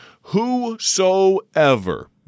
whosoever